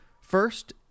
First